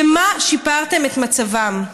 במה שיפרתם את מצבם?